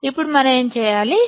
ఇప్పుడు మనం ఏమి చేయాలి